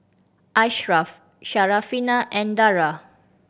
Ashraf Syarafina and Dara